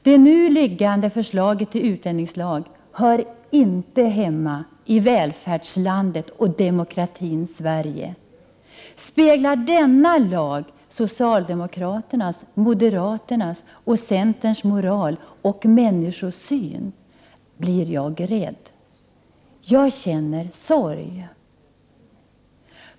Det nu föreliggande förslaget till utlänningslag hör inte hemma i välfärdslandet och demokratins Sverige. Speglar denna lag socialdemokraternas, moderaternas och centerns moral och människosyn blir jag rädd. Jag känner sorg!